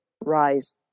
rise